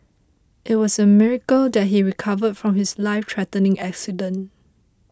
it was a miracle that he recovered from his life threatening accident